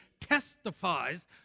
testifies